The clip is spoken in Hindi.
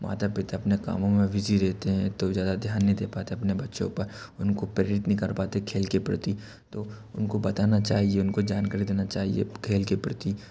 माता पिता अपने काम में बीज़ी रहते हैं तो ज़्यादा ध्यान नहीं दे पाते अपने बच्चों पर उनको प्रेरित नहीं कर पाते खेल के प्रति तो उनको बताना चाहिए उनको जानकारी देना चाहिए खेल के प्रति